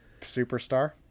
superstar